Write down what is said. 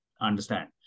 understand